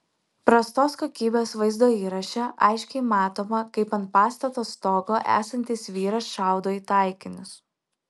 prastos kokybės vaizdo įraše aiškiai matoma kaip ant pastato stogo esantis vyras šaudo į taikinius